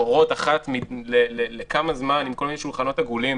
שקורות אחת לכמה זמן עם כל מיני שולחנות עגולים